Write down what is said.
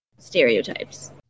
stereotypes